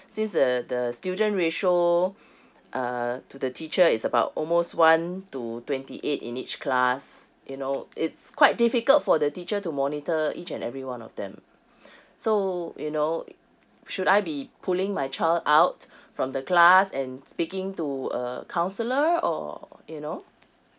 since the the student ration uh to the teacher is about almost one to twenty eight in each class you know it's quite difficult for the teacher to monitor each and everyone of them so you know should I be pulling my child out from the class and speaking to a counselor or you know